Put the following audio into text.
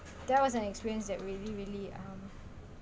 there was an experience that really really um